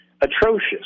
atrocious